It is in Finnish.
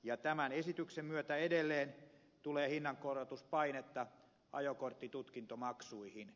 tämän esityksen myötä edelleen tulee hinnankorotuspainetta ajokorttitutkintomaksuihin